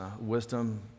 wisdom